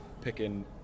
picking